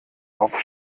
auf